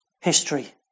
history